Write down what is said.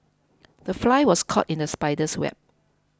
the fly was caught in the spider's web